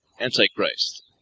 Antichrist